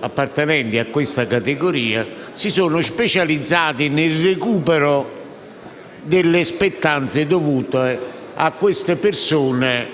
appartenenti a questa categoria - si sono specializzati nel recupero delle spettanze dovute alle persone